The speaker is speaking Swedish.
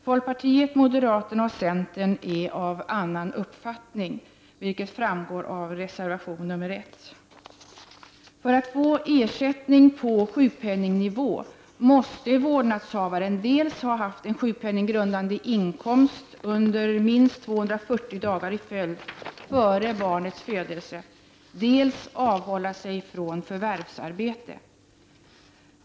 Folkpartiet, moderaterna och centern är av annan uppfattning, vilket framgår av reservation 1. För att få ersättning på sjukpenningnivå måste vårdnadshavaren dels ha haft en sjukpenninggrundande inkomst under minst 240 dagar i följd före barnets födelse, dels avhålla sig från förvärvsarbete.